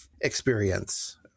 experience